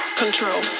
control